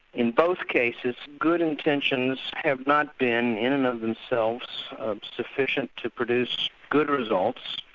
in both cases, good intentions have not been in and of themselves sufficient to produce good results,